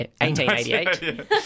1888